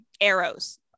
arrows